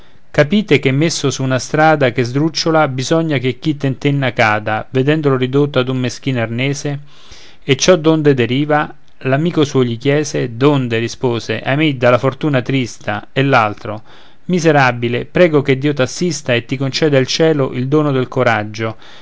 capite che messo su una strada che sdrucciola bisogna che chi tentenna cada vedendolo ridotto in un meschin arnese e ciò d'onde deriva l'amico suo gli chiese d'onde rispose ahimè dalla fortuna trista e l'altro miserabile prego che dio t'assista e ti conceda il cielo il dono del coraggio